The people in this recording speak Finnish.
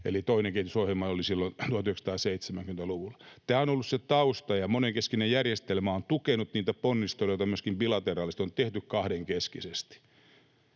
Eli toinen kehitysohjelma oli silloin 1970‑luvulla. Tämä on ollut se tausta, ja monenkeskinen järjestelmä on tukenut niitä ponnisteluita, joita myöskin bilateraalisesti on tehty, kahdenkeskisesti.